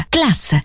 Class